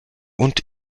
und